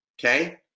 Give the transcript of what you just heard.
okay